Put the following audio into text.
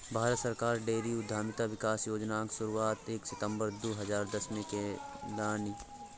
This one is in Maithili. भारत सरकार डेयरी उद्यमिता विकास योजनाक शुरुआत एक सितंबर दू हजार दसमे केलनि